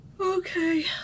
okay